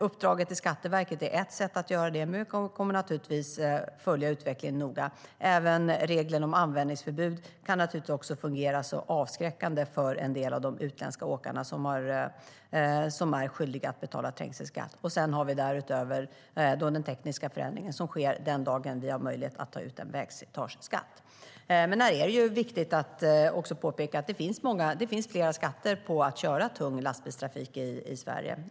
Uppdraget till Skatteverket är ett sätt att göra detta, men vi kommer naturligtvis att följa utvecklingen noga. Även reglerna om användningsförbud kan fungera avskräckande för en del av de utländska åkarna som är skyldiga att betala trängselskatt. Därutöver har vi alltså den tekniska förändringen, som sker den dagen vi har möjlighet att ta ut en vägslitageskatt. Det är viktigt att påpeka att det finns flera skatter på att köra tung lastbilstrafik i Sverige.